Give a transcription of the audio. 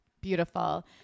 Beautiful